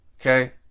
Okay